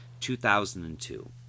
2002